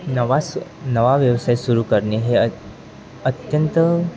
नवा सु नवा व्यवसाय सुरू करणे हे अत्य अत्यंत